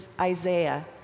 Isaiah